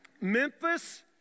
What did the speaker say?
Memphis